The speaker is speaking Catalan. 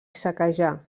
saquejar